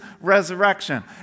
resurrection